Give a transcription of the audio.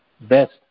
best